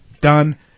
Done